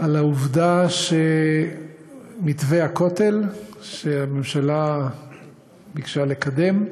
על העובדה שמתווה הכותל שהממשלה ביקשה לקדם,